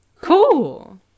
Cool